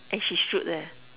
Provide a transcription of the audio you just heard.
and she shoot leh